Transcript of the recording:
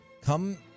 come